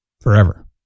forever